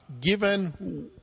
Given